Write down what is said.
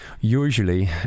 usually